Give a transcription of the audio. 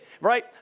right